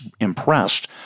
impressed